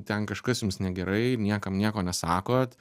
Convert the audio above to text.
ten kažkas jums negerai niekam nieko nesakot